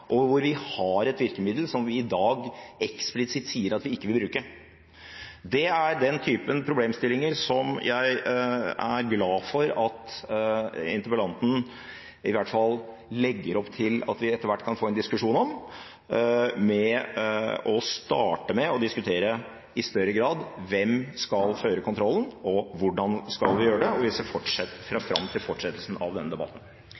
og hvor vi har et virkemiddel som vi i dag eksplisitt sier at vi ikke vil bruke. Det er den typen problemstillinger som jeg er glad for at interpellanten i hvert fall legger opp til at vi etter hvert kan få en diskusjon om, med å starte med å diskutere i større grad hvem som skal føre kontrollen, og hvordan vi skal gjøre det. Vi ser fram til fortsettelsen av denne debatten.